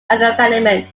accompaniment